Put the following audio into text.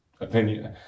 opinion